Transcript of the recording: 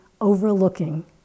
overlooking